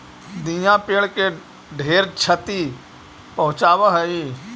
दियाँ पेड़ के ढेर छति पहुंचाब हई